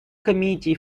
committee